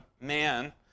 man